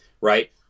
right